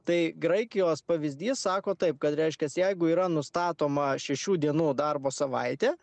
tai graikijos pavyzdys sako taip kad reiškias jeigu yra nustatoma šešių dienų darbo savaitė